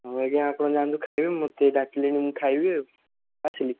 ହଉ ଆଜ୍ଞା ଆପଣ ଯାଆନ୍ତୁ ଖାଇବେ ମୋତେ ଡାକିଲେଣି ମୁଁ ଖାଇବି ଆଉ ଆସିଲି